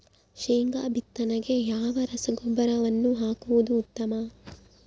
ಶೇಂಗಾ ಬಿತ್ತನೆಗೆ ಯಾವ ರಸಗೊಬ್ಬರವನ್ನು ಹಾಕುವುದು ಉತ್ತಮ?